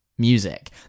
music